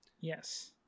Yes